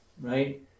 right